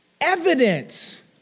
evidence